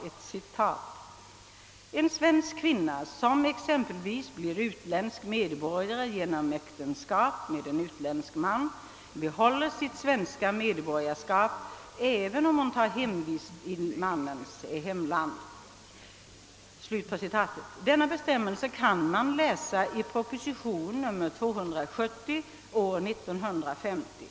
Jag citerar: »En svensk kvinna som blir utländsk medborgare genom äktenskap med en utländsk man, behåller sitt svenska medborgarskap, även om hon tar hemvist i mannens hemland.» Denna bestämmelse kan man läsa i propositionen nr 217 år 1950.